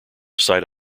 site